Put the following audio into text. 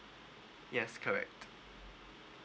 yes correct